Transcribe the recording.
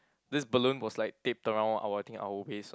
this balloon was like taped around our thing our waist or